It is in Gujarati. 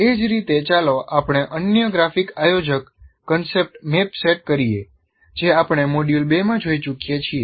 એ જ રીતે ચાલો આપણે અન્ય ગ્રાફિક આયોજક કોન્સેપ્ટ મેપ સેટ કરીએ જે આપણે મોડ્યુલ 2 માં જોઈ ચૂક્યા છીએ